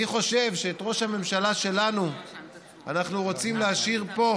אני חושב שאת ראש הממשלה שלנו אנחנו רוצים להשאיר פה,